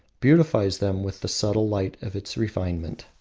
beautifies them with the subtle light of its refinement.